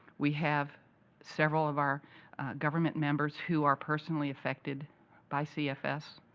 we have several of our government members who are personally affected by cfs.